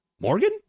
Morgan